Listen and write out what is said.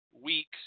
week's